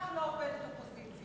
כך לא עובדת אופוזיציה.